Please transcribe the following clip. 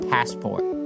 Passport